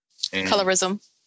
Colorism